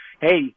hey